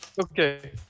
Okay